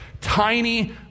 Tiny